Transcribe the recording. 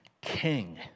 King